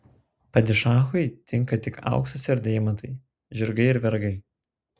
padišachui tinka tik auksas ir deimantai žirgai ir vergai